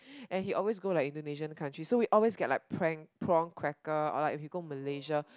and he always go like Indonesian country so we always get like prank prawn cracker or like if go Malaysia